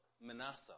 Manasseh